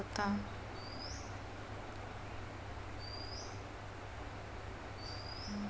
भारतात मोलस्कास उत्पादन किनारी क्षेत्रांत जास्ती होता